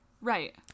Right